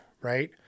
right